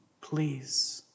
please